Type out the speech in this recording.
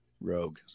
rogue